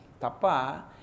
Tapa